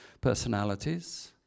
personalities